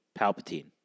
Palpatine